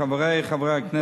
חברי חברי הכנסת,